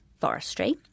forestry